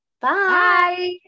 bye